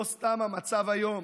לא סתם המצב היום